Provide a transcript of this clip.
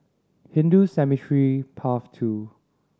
Hindu Cemetery Path Two